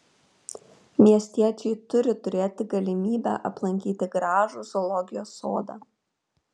miestiečiai turi turėti galimybę aplankyti gražų zoologijos sodą